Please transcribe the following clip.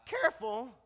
Careful